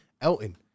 Elton